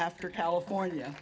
after california